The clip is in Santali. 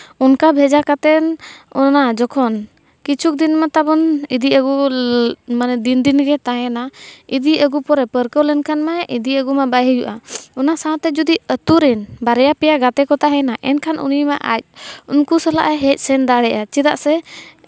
ᱚᱱᱠᱟ ᱵᱷᱮᱡᱟ ᱠᱟᱛᱮᱫ ᱚᱱᱟ ᱡᱚᱠᱷᱚᱱ ᱠᱤᱪᱷᱩ ᱫᱤᱱ ᱢᱟ ᱛᱟᱵᱚᱱ ᱤᱫᱤ ᱟᱹᱜᱩ ᱢᱟᱱᱮ ᱫᱤᱱ ᱫᱤᱱᱜᱮ ᱛᱟᱦᱮᱱᱟ ᱤᱫᱤᱼᱟᱹᱜᱩ ᱠᱚᱨᱮᱜ ᱯᱟᱹᱨᱠᱟᱹᱣ ᱞᱮᱱᱠᱷᱟᱱ ᱢᱟ ᱤᱫᱤ ᱟᱹᱜᱩ ᱢᱟ ᱵᱟᱭ ᱦᱩᱭᱩᱜᱼᱟ ᱚᱱᱟ ᱥᱟᱶᱛᱮ ᱡᱩᱫᱤ ᱟᱹᱛᱩᱨᱮᱱ ᱵᱟᱨᱭᱟ ᱯᱮᱭᱟ ᱜᱟᱛᱮ ᱠᱚ ᱛᱟᱦᱮᱱᱟ ᱮᱱᱠᱷᱟᱱ ᱩᱱᱤ ᱢᱟ ᱟᱡ ᱩᱱᱠᱩ ᱥᱟᱞᱟᱜᱼᱮ ᱦᱮᱡᱼᱥᱮᱱ ᱫᱟᱲᱮᱭᱟᱜᱼᱟ ᱪᱮᱫᱟᱜ ᱥᱮ